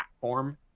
platform